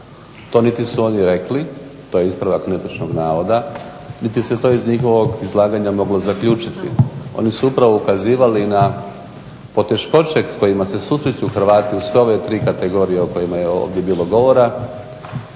To niti su oni rekli, to je ispravak netočnog navoda, niti se to iz njihovog izlaganja moglo zaključiti. Oni su upravo ukazivali na poteškoće s kojima se susreću Hrvati u sve tri kategorije o kojima je ovdje bilo govora